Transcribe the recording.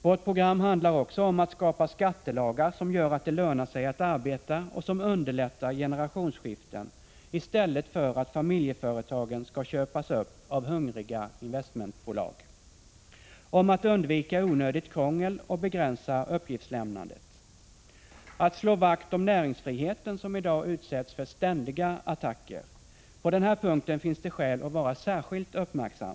Vårt program handlar också om att skapa skattelagar som gör att det lönar sig att arbeta och som underlättar generationsskiften i stället för att familjeföretagen skall köpas upp av hungriga investmentbolag. Vidare handlar vårt program om att undvika onödigt krångel och begränsa uppgiftslämnandet samt om att slå vakt om näringsfriheten, som i dag utsätts för ständiga attacker. I detta avseende finns det skäl att vara särskilt uppmärksam.